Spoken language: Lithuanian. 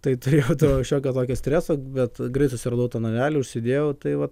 tai turėjau to šiokio tokio streso bet greit susiradau tą narelį užsidėjau tai va